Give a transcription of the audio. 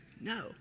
no